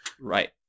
Right